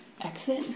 exit